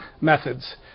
methods